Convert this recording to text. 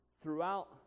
throughout